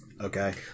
Okay